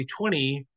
2020